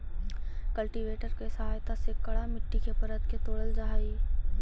cultivator के सहायता से कड़ा मट्टी के परत के तोड़ल जा हई